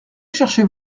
cherchez